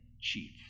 chief